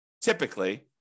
typically